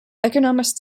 economist